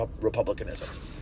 Republicanism